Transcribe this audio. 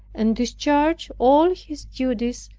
and discharged all his duties,